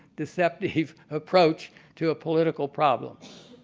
deceptive approach to a political problem.